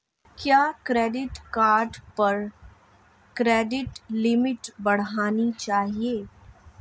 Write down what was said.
क्या credit card पर credit limit बढ़ानी चाहिए?